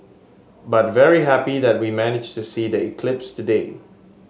but very happy that we managed to see the eclipse today